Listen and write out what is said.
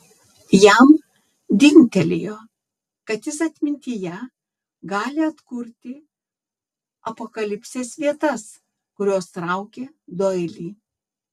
jam dingtelėjo kad jis atmintyje gali atkurti apokalipsės vietas kurios traukė doilį